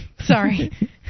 Sorry